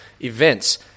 events